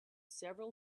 several